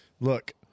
look